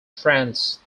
france